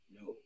no